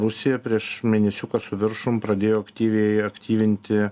rusija prieš mėnesiuką su viršum pradėjo aktyviai aktyvinti